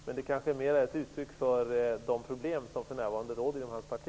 Men det kanske mera är ett uttryck för de problem som för närvarande råder inom hans parti.